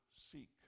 seek